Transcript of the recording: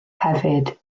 hefyd